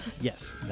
Yes